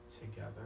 together